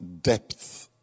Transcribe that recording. depth